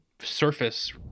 surface